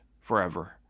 forever